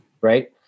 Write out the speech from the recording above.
right